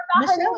Michelle